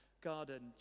garden